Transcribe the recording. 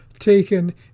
taken